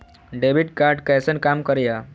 Debit card कैसन काम करेया?